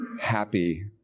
happy